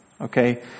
Okay